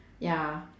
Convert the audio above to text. ya